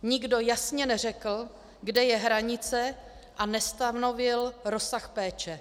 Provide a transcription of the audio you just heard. Nikdo jasně neřekl, kde je hranice, a nestanovil rozsah péče.